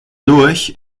lurch